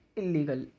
illegal